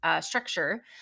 structure